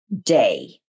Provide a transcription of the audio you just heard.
day